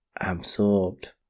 absorbed